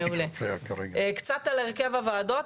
קצת על הרכב הוועדות.